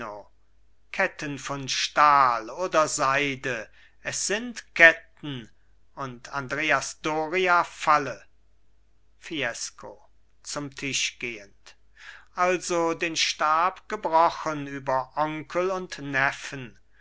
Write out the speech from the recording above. ketten von stahl oder seide es sind ketten und andreas doria falle fiesco zum tisch gehend also den stab gebrochen über onkel und neffen